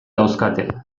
dauzkate